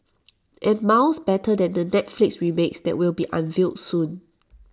and miles better than the Netflix remake that will be unveiled soon